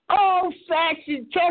old-fashioned